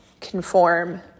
conform